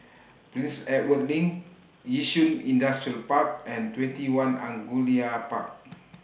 Prince Edward LINK Yishun Industrial Park and TwentyOne Angullia Park